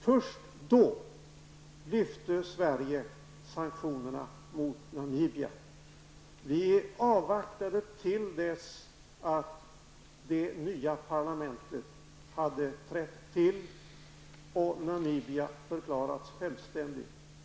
Först då hävde Sverige sanktionerna mot Namibia. Vi avvaktade till dess det nya parlamentet hade tillträtt och Namibia förklarats självständigt.